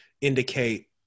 indicate